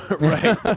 Right